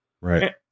right